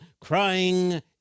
crying